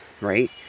right